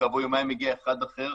וכעבור יומיים מגיע אחד אחר.